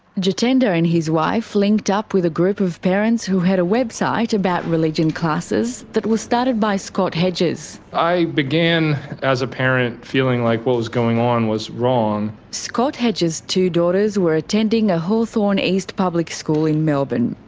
jatender and his wife linked up with a group of parents who had a website about religion classes that was started by scott hedges. i began as a parent feeling like what was going on was wrong. scott hedges' two daughters were attending a hawthorne east public school in melbourne.